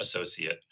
associate